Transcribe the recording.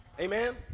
Amen